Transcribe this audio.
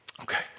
Okay